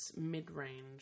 mid-range